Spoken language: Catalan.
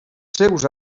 seus